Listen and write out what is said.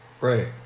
right